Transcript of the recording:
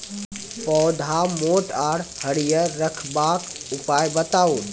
पौधा मोट आर हरियर रखबाक उपाय बताऊ?